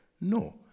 No